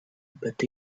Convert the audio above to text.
but